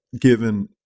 given